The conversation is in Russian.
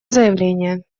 заявление